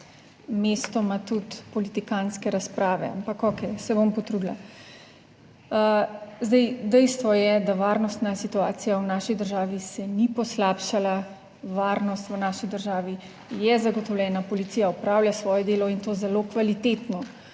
mestoma tudi politikantske razprave, ampak, okej, se bom potrudila. Zdaj dejstvo je, da varnostna situacija v naši državi se ni poslabšala. Varnost v naši državi je zagotovljena, policija opravlja svoje delo in to zelo kvalitetno.